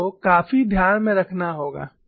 आपको काफी ध्यान में रखना होगा